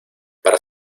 para